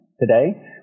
today